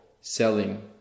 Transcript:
selling